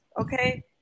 Okay